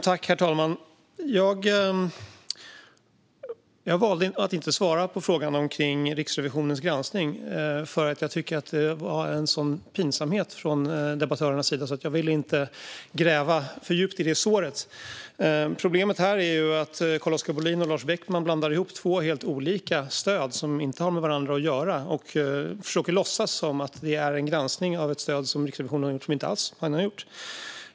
Herr talman! Jag valde att inte svara på frågan om Riksrevisionens granskning, eftersom jag tyckte att det var en sådan pinsamhet från debattörernas sida och därför inte ville gräva för djupt i såret. Problemet är att Carl-Oskar Bohlin och Lars Beckman blandar ihop två helt olika stöd, som inte har med varandra att göra, och försöker låtsas som att Riksrevisionen har gjort en granskning av ett stöd som man inte alls har granskat.